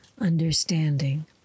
understanding